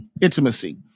intimacy